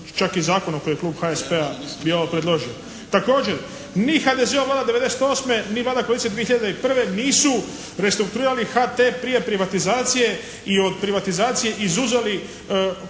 čak i zakonom koji je Klub HSP-a bio … /Govornik se ne razumije./ … predložio. Također ni HDZ-ova Vlada 1998. ni Vlada koalicije 2001. nisu restrukturirali HT prije privatizacije i od privatizacije izuzeli